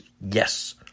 yes